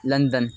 London